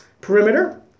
perimeter